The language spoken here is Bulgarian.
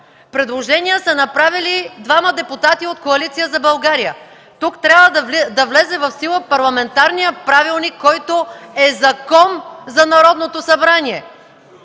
Предложения са направили двама депутати от Коалиция за България. Тук трябва да влезе в сила парламентарният правилник, който е закон за Народното събрание